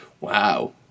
Wow